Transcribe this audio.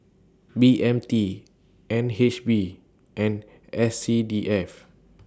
B M T N H B and S C D F